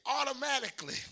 automatically